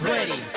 Ready